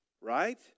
Right